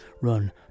Run